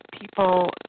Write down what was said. people